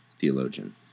theologian